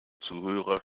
zuhörer